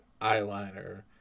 eyeliner